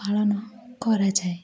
ପାଳନ କରାଯାଏ